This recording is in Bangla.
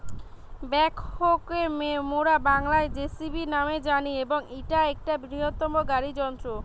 ব্যাকহো কে মোরা বাংলায় যেসিবি ন্যামে জানি এবং ইটা একটা বৃহত্তম গাড়ি যন্ত্র